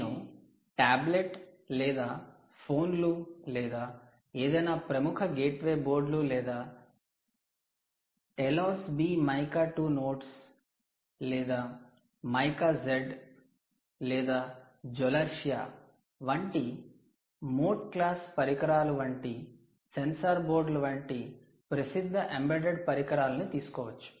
నేను టాబ్లెట్ లేదా ఫోన్లు లేదా ఏదైనా ప్రముఖ గేట్వే బోర్డులు లేదా 'టెలోస్ B మైకా 2 నోడ్స్' లేదా 'మైకా Z' లేదా 'Zolertia ' 'Telos B Mica 2 nodes' or 'Mica Z' or 'Zolertia' వంటి 'మోట్ క్లాస్ పరికరాలు' వంటి 'సెన్సార్ బోర్డులు' వంటి ప్రసిద్ధ ఎంబెడెడ్ పరికరాలను తీసుకోవచ్చు